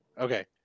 Okay